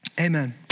amen